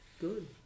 Good